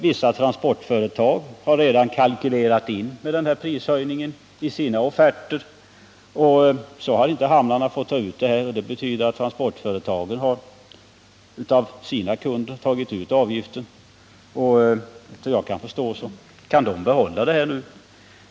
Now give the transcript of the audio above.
Vissa transportföretag har redan kalkylerat med den här prishöjningen i sina offerter. Sedan har hamnarna inte fått ta ut höjningen. Det betyder att transportföretagen, som av sina kunder tagit ut den höjda avgiften, såvitt jag kan förstå kan behålla de pengarna.